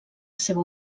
seva